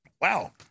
Wow